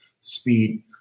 speed